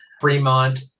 Fremont